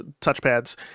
touchpads